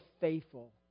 faithful